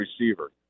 receiver